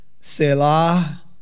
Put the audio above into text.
Selah